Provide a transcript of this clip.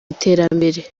iterambere